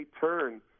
turn